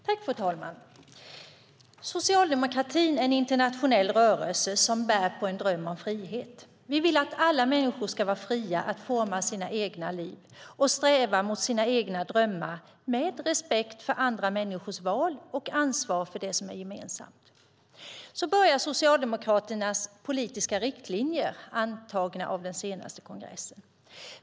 Fru talman! Socialdemokratin är en internationell rörelse som bär på en dröm om frihet. Vi vill att alla människor ska var fria att forma sina egna liv och sträva mot sina egna drömmar med respekt för andra människors val och ansvar för det som är gemensamt. Så börjar Socialdemokraternas politiska riktlinjer antagna av den senaste kongressen.